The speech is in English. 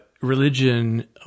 religion